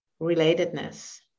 relatedness